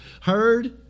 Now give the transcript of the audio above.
Heard